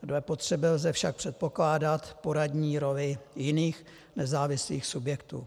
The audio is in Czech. Dle potřeby lze však předpokládat poradní roli jiných nezávislých subjektů.